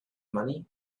money